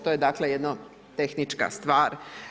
To je dakle, jedna tehnička stvar.